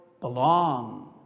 belong